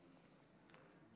אתמול חגגנו את יום ירושלים,